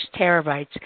terabytes